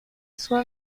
sua